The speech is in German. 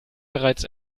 bereits